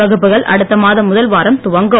வகுப்புகள் அடுத்த மாதம் முதல் வாரம் துவங்கும்